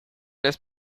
les